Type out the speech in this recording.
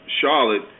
Charlotte